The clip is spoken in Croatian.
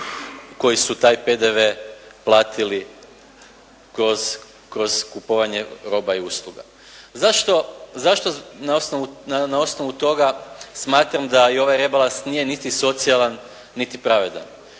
koji su taj PDV platili kroz kupovanje roba i usluga. Zašto, zašto na osnovu toga smatram da i ovaj rebalans nije niti socijalan niti pravedan?